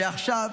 ועכשיו